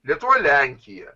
lietuva lenkija